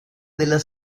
della